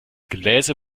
gebläse